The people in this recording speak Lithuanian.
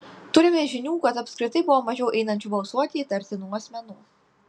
turime žinių kad apskritai buvo mažiau einančių balsuoti įtartinų asmenų